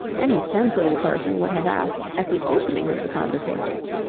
any sensible person would have asked at the opening of the conversation.